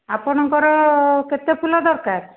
ଆପଣଙ୍କର କେତେ ଫୁଲ ଦରକାର